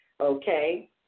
Okay